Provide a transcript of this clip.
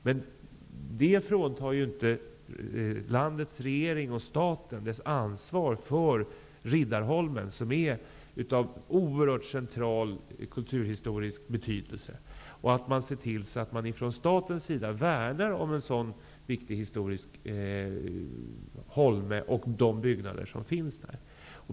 Men det fråntar inte landets regering och staten deras ansvar för Riddarholmen, som är av oerhört central kulturhistorisk betydelse. Man bör se till att från statens sida värna om en sådan viktig historisk holme och de byggnader som finns där.